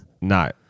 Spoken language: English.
No